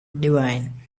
divine